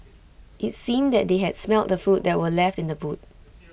IT seemed that they had smelt the food that were left in the boot